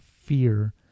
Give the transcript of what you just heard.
fear